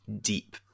deep